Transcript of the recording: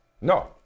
No